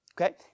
okay